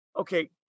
Okay